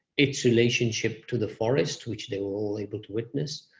its relationship to the forest, which they were all able to witness.